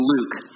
Luke